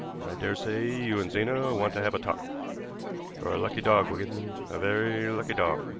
and i dare say you and zena want to have a talk. you're a lucky dog, wigan, a very lucky dog.